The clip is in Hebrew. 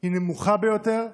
היא נמוכה ביותר,